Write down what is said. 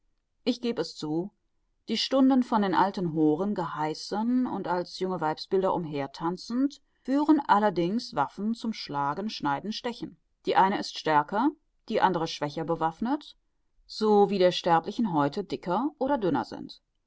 ich geb es zu die stunden von den alten horen geheißen und als junge weibsbilder umhertanzend führen allerdings waffen zum schlagen schneiden stechen die eine ist stärker die andere schwächer bewaffnet so wie der sterblichen häute dicker oder dünner sind